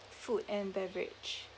food and beverage